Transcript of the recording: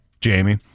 Jamie